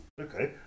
okay